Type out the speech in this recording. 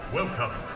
welcome